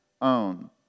own